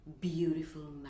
beautiful